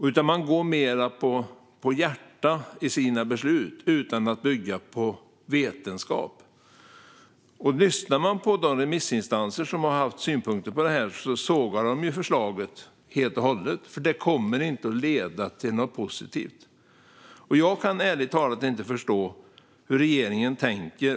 Regeringen går mer på hjärta i sina beslut, utan att bygga på vetenskap. De remissinstanser som haft synpunkter på detta sågar förslaget helt och hållet eftersom det inte kommer att leda till något positivt. Jag kan ärligt talat inte förstå hur regeringen tänker.